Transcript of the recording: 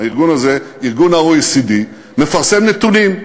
הארגון הזה, ה-OECD, מפרסם נתונים.